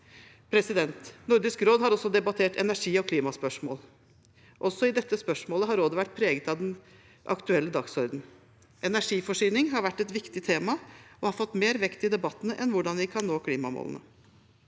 Norden. Nordisk råd har også debattert energi- og klimaspørsmål. Også i dette spørsmålet har rådet vært preget av den aktuelle dagsordenen. Energiforsyning har vært et viktig tema og har fått mer vekt i debatten enn hvordan vi kan nå klimamålene.